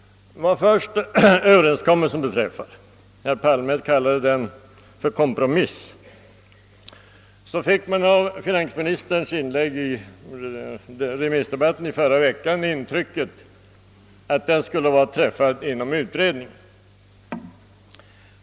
Vad först överenskommelsen beträffar — herr Palme kallade den en kompromiss — fick man av finansministerns inlägg i remissdebatten i förra veckan intrycket att den skulle ha träffats inom utredningen.